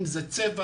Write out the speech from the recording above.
אם זה צבע,